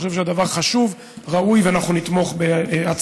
אני חושב שהדבר חשוב, ראוי, ואנחנו נתמוך בהצעתכם.